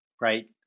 right